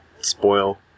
spoil